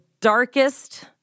darkest